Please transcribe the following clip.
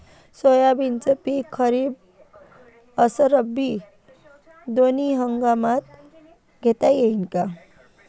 सोयाबीनचं पिक खरीप अस रब्बी दोनी हंगामात घेता येईन का?